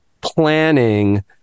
planning